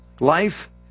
Life